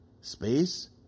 Space